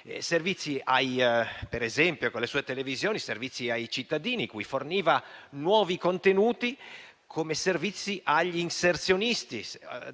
servizi e idee: ad esempio, con le sue televisioni, servizi ai cittadini, cui forniva nuovi contenuti, come servizi agli inserzionisti,